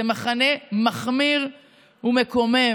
זה מחזה מכמיר לב ומקומם"